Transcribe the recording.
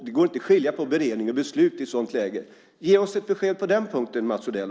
Det går inte att skilja på beredning och beslut i ett sådant läge. Ge oss ett besked också på den punkten, Mats Odell!